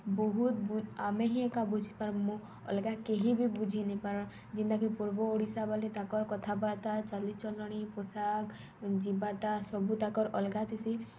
ବହୁତ୍ ଆମେ ହିଁ ଏକା ବୁଝିପାର୍ମୁ ଅଲ୍ଗା କେହି ବି ବୁଝିନିପାରନ୍ ଯେନ୍ତାକି ପୂର୍ବ ଓଡ଼ିଶା ବାଲେ ତାକର୍ କଥାବାର୍ତ୍ତା ଚାଲିଚଲଣି ପୋଷାକ୍ ଯିବାର୍ଟା ସବୁ ତାକର୍ ଅଲ୍ଗା ଥିସି